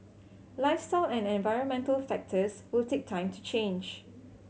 lifestyle and environmental factors will take time to change